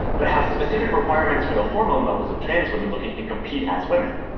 but has specific requirements for the hormone levels of trans women looking to compete as women.